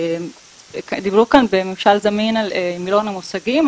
דיברו כאן בממשל זמין על מילון המושגים.